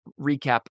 recap